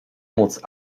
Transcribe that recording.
móc